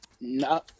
no